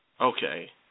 Okay